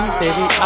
baby